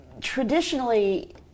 Traditionally